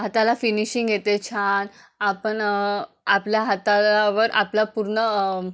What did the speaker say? हाताला फिनिशिंग येते छान आपण आपल्या हातावर आपला पूर्ण